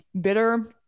Bitter